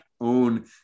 own